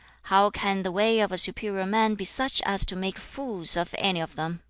how can the way of a superior man be such as to make fools of any of them?